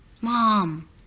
Mom